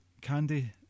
candy